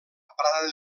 prada